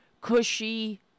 cushy